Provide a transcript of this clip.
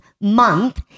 Month